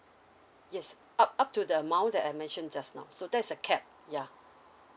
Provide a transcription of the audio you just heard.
yes up up to the amount that I mention just now so there's a cap ya